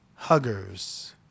Huggers